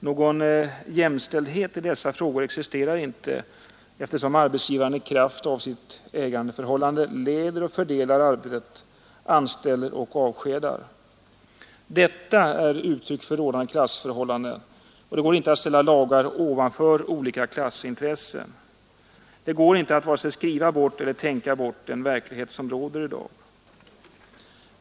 Någon jämställdhet i dessa frågor existerar inte, eftersom arbetsgivaren i kraft av ägarförhållandet leder och fördelar arbetet, anställer och avskedar. Detta är uttryck för rådande klassförhållanden, och det går inte att ställa lagar ovanför olika klassintressen. Det går inte att vare sig skriva eller tänka bort den verklighet som råder i dag.